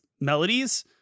melodies